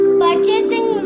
purchasing